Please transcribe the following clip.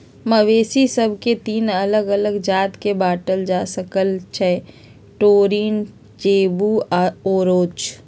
मवेशि सभके तीन अल्लग अल्लग जात में बांटल जा सकइ छै टोरिन, जेबू आऽ ओरोच